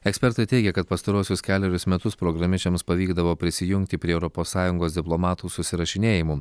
ekspertai teigia kad pastaruosius kelerius metus programišiams pavykdavo prisijungti prie europos sąjungos diplomatų susirašinėjimų